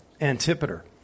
Antipater